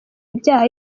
ibyaha